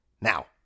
Now